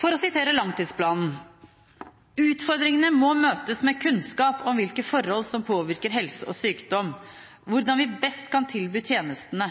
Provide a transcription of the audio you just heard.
For å sitere langtidsplanen: «Utfordringene må møtes med kunnskap om hvilke forhold som påvirker helse og sykdom, hvordan vi best kan tilby tjenestene,